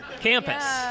Campus